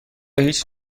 هیچ